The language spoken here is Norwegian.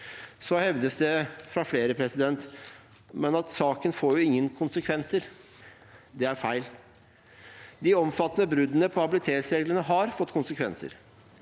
Så hevdes det fra flere at saken ikke får noen konsekvenser. Det er feil. De omfattende bruddene på habilitetsreglene har fått konsekvenser.